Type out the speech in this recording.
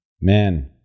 man